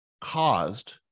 caused